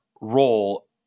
role